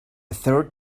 third